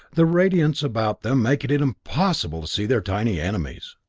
the radiance about them making it impossible to see their tiny enemies.